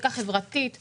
חקיקה חברתית וחשובה.